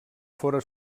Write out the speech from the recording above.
fóra